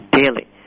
daily